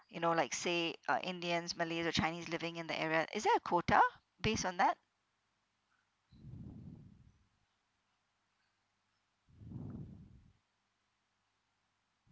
you know like say uh indians malays or chinese living in the area is there a quota based on that